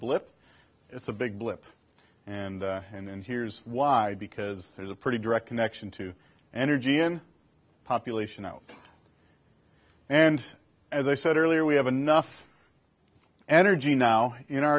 blip it's a big blip and and here's why because there's a pretty direct connection to energy and population out and as i said earlier we have enough energy now in our